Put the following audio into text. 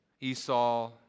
Esau